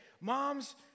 moms